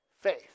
Faith